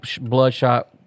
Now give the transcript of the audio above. Bloodshot